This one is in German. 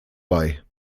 bei